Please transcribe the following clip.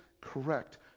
correct